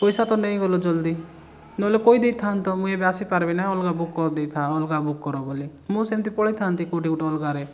ପଇସା ତ ନେଇଗଲ ଜଲ୍ଦି ନହେଲେ କହି ଦେଇଥାନ୍ତ ମୁଁ ଏବେ ଆସିପାରିବି ନାହିଁ ଅଲଗା ବୁକ୍ କରି ଦେଇଥାଅ ଅଲଗା ବୁକ୍ କର ବୋଲି ମୁଁ ସେମିତି ପଳେଇଥାନ୍ତି କେଉଁଟି ଗୋଟେ ଅଲଗାରେ